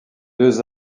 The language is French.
deux